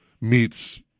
meets